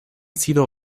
sido